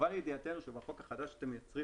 הובא לידיעתנו שבחוק החדש שאתם מייצרים